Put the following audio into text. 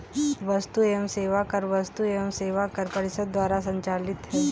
वस्तु एवं सेवा कर वस्तु एवं सेवा कर परिषद द्वारा संचालित है